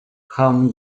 home